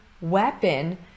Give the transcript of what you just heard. weapon